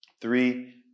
Three